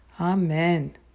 Amen